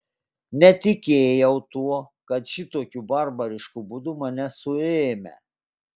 netikėjau tuo kad šitokiu barbarišku būdu mane suėmę